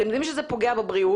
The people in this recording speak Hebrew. אתם יודעים שזה פוגע בבריאות.